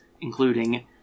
including